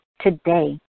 Today